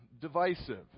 divisive